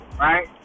right